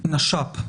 נש"פ.